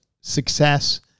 success